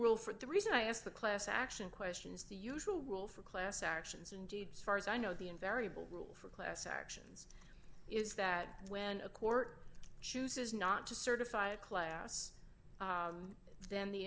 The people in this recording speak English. rule for the reason i asked the class action questions the usual rule for class actions and deeds far as i know the invariable rule for class actions is that when a court chooses not to certify a class then the